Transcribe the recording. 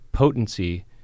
potency